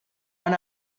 run